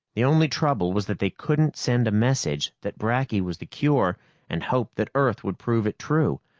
the only trouble was that they couldn't send a message that bracky was the cure and hope that earth would prove it true.